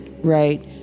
right